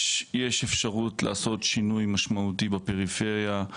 יש אפשרות לעשות שינוי משמעותי בפריפריה,